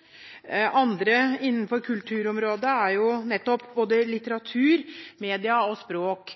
Andre samarbeidsområder innenfor kulturfeltet er nettopp litteratur, media og språk.